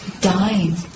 dying